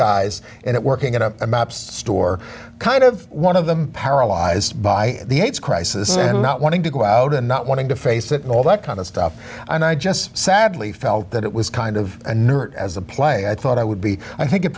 guys in it working at a store kind of one of them paralyzed by the aids crisis and not wanting to go out and not wanting to face it and all that kind of stuff and i just sadly felt that it was kind of a nerd as a play i thought i would be i think it